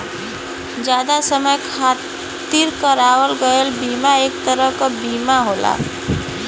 जादा समय खातिर करावल गयल बीमा एक तरह क बीमा होला